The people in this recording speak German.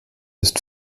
ist